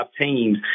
teams